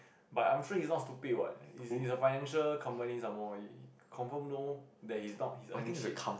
but I'm think he not stupid what is a financial company some more confirm know that he not is earning shit